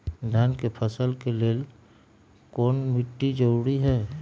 धान के फसल के लेल कौन मिट्टी जरूरी है?